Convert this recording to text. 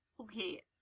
okay